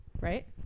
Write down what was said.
right